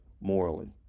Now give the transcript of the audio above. morally